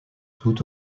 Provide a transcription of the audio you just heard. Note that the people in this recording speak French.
toute